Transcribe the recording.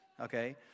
okay